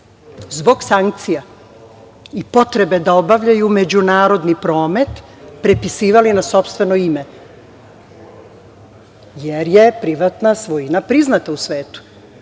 zbog sankcija i potrebe da obavljaju međunarodni promet, prepisivali na sopstveno ime, jer je privatna svojina priznata u svetu.